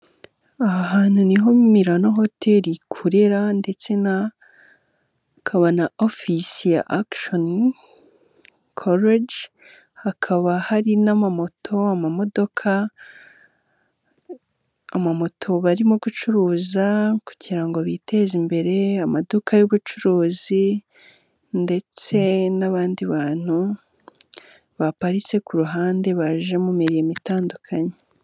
Aha hantu ni ho Milano hoteli ikorera ndetse na hakaba ofisi ya agishoni koreji ,hakaba hari n'amamoto ,amamodoka ,amamoto barimo gucuruza kugira ngo biteze imbere. Amaduka y'ubucuruzi ndetse n'abandi bantu baparitse ku ruhande baje mu mirimo itandukanye.